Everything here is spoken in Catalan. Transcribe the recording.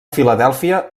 filadèlfia